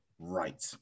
right